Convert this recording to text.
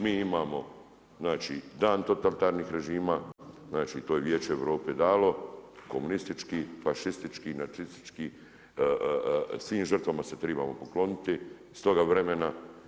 Mi imamo, znači Dan totalitarnih režima, znači to je Vijeće Europe dalo komunistički, fašistički, nacistički, svim žrtvama se tribamo pokloniti s toga vremena.